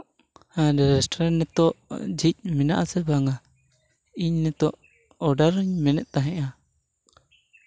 restaurant ᱱᱤᱛᱚᱜ ᱡᱷᱤᱡᱽ ᱢᱮᱱᱟᱜᱼᱟ ᱥᱮ ᱵᱟᱝᱟ ᱤᱧ ᱱᱤᱛᱚᱜ ᱚᱰᱟᱨ ᱤᱧ ᱢᱮᱱᱮᱫ ᱛᱟᱦᱮᱱᱟ